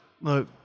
look